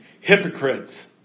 hypocrites